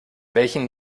welchen